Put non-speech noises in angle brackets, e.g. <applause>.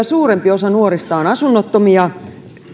<unintelligible> suurempi osa nuorista on asunnottomia